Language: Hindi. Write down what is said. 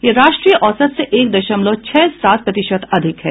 यह राष्ट्रीय औसत से एक दशमलव छह सात प्रतिशत अधिक है